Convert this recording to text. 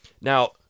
Now